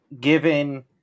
given